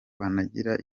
banagira